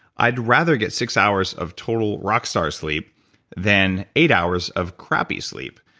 i'd rather get six hours of total rockstar sleep than eight hours of crappy sleep.